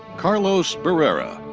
carlos barrera.